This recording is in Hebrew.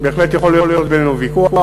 בהחלט יכול להיות בינינו ויכוח,